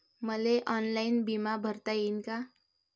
मले ऑनलाईन बिमा भरता येईन का?